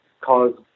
cause